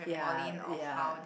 yeah yeah